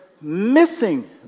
missing